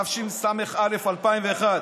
התשס"א 2001,